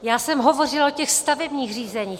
Já jsem hovořila o těch stavebních řízeních.